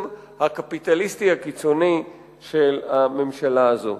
הקפיטליסטי הקיצוני של הממשלה הזאת.